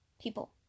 people